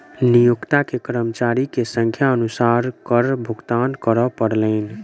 नियोक्ता के कर्मचारी के संख्या अनुसार कर भुगतान करअ पड़लैन